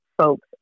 folks